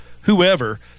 whoever